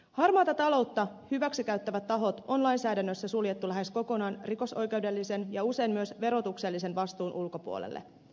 harmaata taloutta hyväksi käyttävät tahot on lainsäädännössä suljettu lähes kokonaan rikosoikeudellisen ja usein myös verotuksellisen vastuun ulkopuolelle